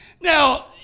Now